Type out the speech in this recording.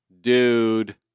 dude